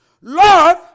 Lord